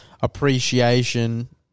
appreciation